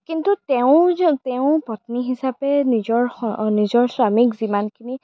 কিন্তু তেওঁ যে তেওঁ পত্নী হিচাপে নিজৰ স নিজৰ স্বামীক যিমানখিনি